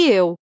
eu